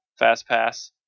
FastPass